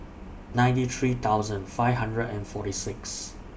ninety three thousand five hundred and forty six